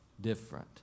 different